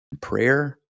prayer